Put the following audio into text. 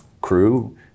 crew